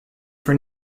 for